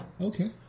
Okay